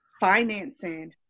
financing